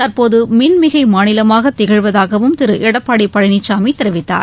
தற்போது மின் மிகை மாநிலமாக திகழ்வதாகவும் திரு எடப்பாடி பழனிசாமி தெரிவித்தார்